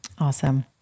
Awesome